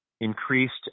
increased